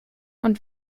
und